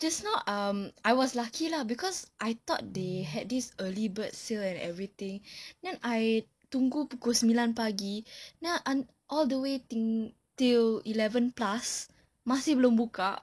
just now um I was lucky lah because I thought they had this early bird sale and everything then I tunggu pukul sembilan pagi all the way till eleven plus masih belum buka